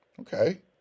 okay